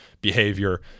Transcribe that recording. behavior